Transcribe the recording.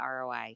ROI